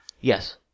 Yes